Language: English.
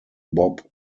bob